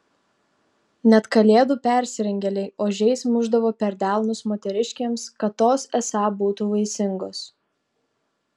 net kalėdų persirengėliai ožiais mušdavo per delnus moteriškėms kad tos esą būtų vaisingos